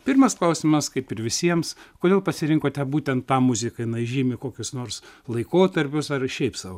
pirmas klausimas kaip ir visiems kodėl pasirinkote būtent tą muziką jinai žymi kokius nors laikotarpius ar šiaip sau